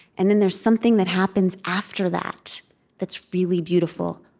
and then there's something that happens after that that's really beautiful,